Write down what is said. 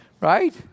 right